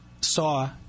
saw